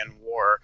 War